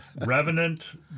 Revenant